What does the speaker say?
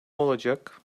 olacak